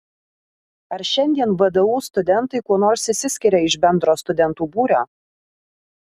ar šiandien vdu studentai kuo nors išsiskiria iš bendro studentų būrio